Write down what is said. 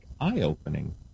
eye-opening